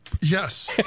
Yes